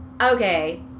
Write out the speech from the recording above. okay